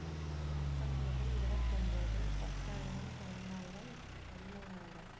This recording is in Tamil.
பத்தொம்பது இருவத்தொம்பது பத்தாயிரம் பன்னெண்டாயிரம் பதிமூணாயிரம்